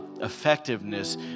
effectiveness